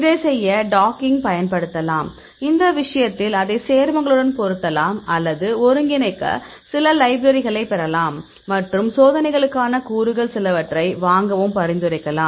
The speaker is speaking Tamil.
இதைச் செய்ய டாக்கிங் பயன்படுத்தலாம் இந்த விஷயத்தில் அதை சேர்மங்களுடன் பொருத்தலாம் அல்லது ஒருங்கிணைக்க சில லைப்ரரிகளைப் பெறலாம் மற்றும் சோதனைகளுக்கான கூறுகள் சிலவற்றை வாங்கவும் பரிந்துரைக்கலாம்